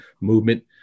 movement